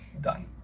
done